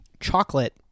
chocolate